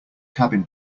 cabin